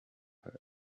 her